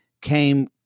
came